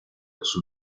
los